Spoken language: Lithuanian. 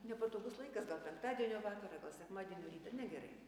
nepatogus laikas gal penktadienio vakarą gal sekmadienio rytą negerai